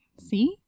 see